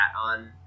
on